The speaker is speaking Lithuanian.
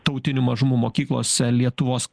tautinių mažumų mokyklose lietuvos